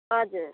हजुर